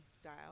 style